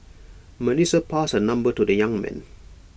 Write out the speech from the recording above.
Melissa passed her number to the young man